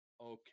okay